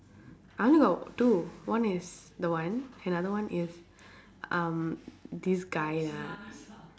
I only got two one is the one another one is um this guy lah